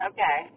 Okay